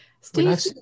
Steve